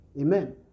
Amen